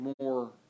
more